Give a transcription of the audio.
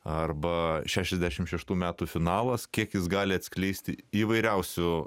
arba šešiasdešim šeštų metų finalas kiek jis gali atskleisti įvairiausių